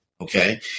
Okay